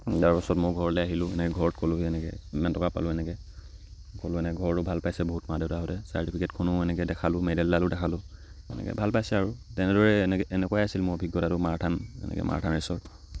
তাৰপাছত মই ঘৰলৈ আহিলোঁ এনেকৈ ঘৰত ক'লোঁগৈ এনেকৈ ইমান টকা পালোঁ এনেকৈ ক'লোঁ এনেকৈ ঘৰতো ভাল পাইছে বহুত মা দেউতাহঁতে চাৰ্টিফিকেটখনো এনেকৈ দেখালোঁ মেডেলডালো দেখালোঁ এনেকৈ ভাল পাইছে আৰু তেনেদৰে এনেকৈ এনেকুৱাই আছিল মোৰ অভিজ্ঞতাটো মাৰাথান এনেকৈ মাৰাথান ৰেচত